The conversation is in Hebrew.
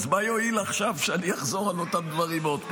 אז מה יועיל עכשיו כשאני אחזור על אותם דברים עוד פעם?